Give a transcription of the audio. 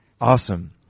awesome